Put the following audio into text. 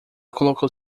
colocou